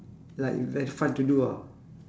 like very fun to do ah